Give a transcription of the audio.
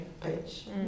page